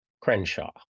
crenshaw